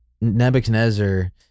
Nebuchadnezzar